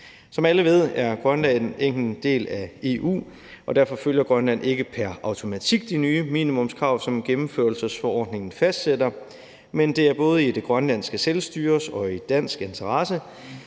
Som alle ved, er Grønland ikke en del af EU, og derfor følger Grønland ikke pr. automatik de nye minimumskrav, som gennemførelsesforordningen fastsætter, men det er både i Grønlands Selvstyres og i dansk interesse,